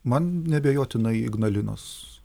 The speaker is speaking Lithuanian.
man neabejotinai ignalinos